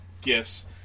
gifts